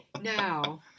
Now